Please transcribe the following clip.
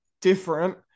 different